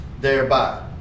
thereby